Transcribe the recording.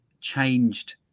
changed